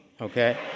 Okay